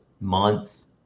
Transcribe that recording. months